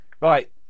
Right